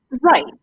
Right